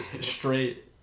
straight